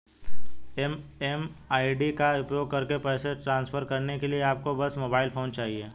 MMID का उपयोग करके पैसे ट्रांसफर करने के लिए आपको बस मोबाइल फोन चाहिए